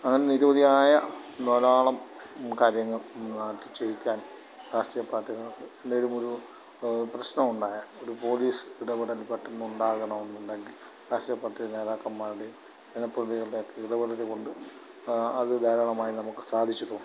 അങ്ങനെ നിരവധിയായ ധാരാളം കാര്യങ്ങൾ നാട്ടില് ചെയ്യിക്കാൻ രാഷ്ട്രീയ പാർട്ടികൾക്ക് പ്രശ്നം ഉണ്ടായാൽ ഒരു പോലീസ് ഇടപെടൽ പെട്ടെന്നുണ്ടാകണമെന്നുണ്ടെങ്കിൽ രാഷ്ട്രീയ പാർട്ടി നേതാക്കന്മാരുടെയും ജനപ്രതിനിധികളുടെയുമൊക്കെ ഇടപെടലുകൊണ്ട് അത് ധാരാളമായി നമുക്ക് സാധിച്ചിട്ടുണ്ട്